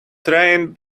train